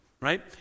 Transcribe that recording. right